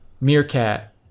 Meerkat